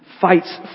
fights